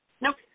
Nope